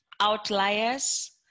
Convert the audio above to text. Outliers